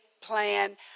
plan